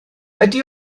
ydy